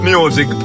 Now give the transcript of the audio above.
Music